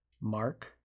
mark